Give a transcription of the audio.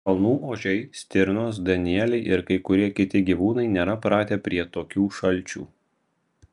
kalnų ožiai stirnos danieliai ir kai kurie kiti gyvūnai nėra pratę prie tokių šalčių